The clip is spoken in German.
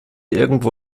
irgendwo